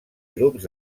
grups